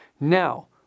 Now